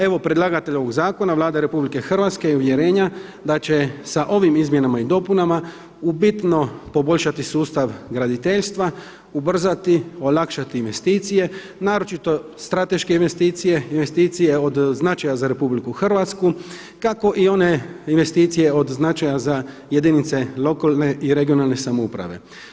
Evo, predlagatelj ovog zakona, Vlada RH je uvjerenja da će sa ovim izmjenama i dopunama u bitno poboljšati sustav graditeljstva, ubrzati, olakšati investicije, naročito strateške investicije, investicije od značaja za RH, kako i one investicije od značaja za jedinice lokalne i regionalne samouprave.